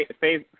phase